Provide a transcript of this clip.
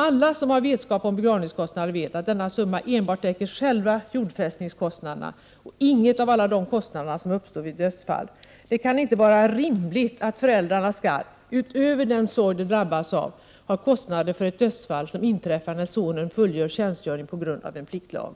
Alla som har vetskap om begravningskostnader känner till att denna summa täcker endast själva jordfästningskostnaderna och ingenting av de övriga kostnader som uppstår vid ett dödsfall. Det kan inte vara rimligt att föräldrarna skall, förutom den sorg som de har drabbats av, ha kostnader för ett dödsfall som har inträffat när sonen fullgjort tjänstgöring på grund av en pliktlag.